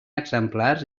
exemplars